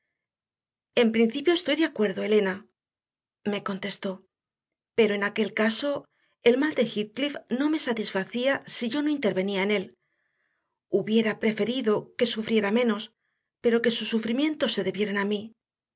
en principio estoy de acuerdo elena me contestópero en aquel caso el mal de heathcliff no me satisfacía si yo no intervenía en él hubiera preferido que sufriera menos pero que sus sufrimientos se debieran a mí